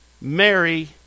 Mary